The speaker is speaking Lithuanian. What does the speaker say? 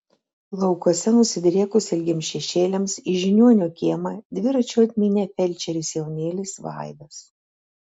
laukuose nusidriekus ilgiems šešėliams į žiniuonio kiemą dviračiu atmynė felčerės jaunėlis vaidas